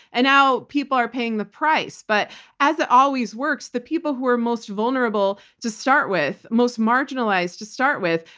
and now they are paying the price. but as it always works, the people who are most vulnerable to start with, most marginalized to start with,